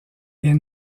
est